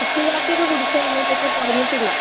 ചുക്ക് കാപ്പിയൊക്കെ കുടിച്ചിരുന്നു പക്ഷേ കുറഞ്ഞിട്ടില്ല